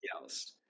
else